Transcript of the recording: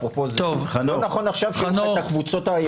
לא נכון עכשיו שניתן לקבוצות האלה לרחוב.